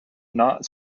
not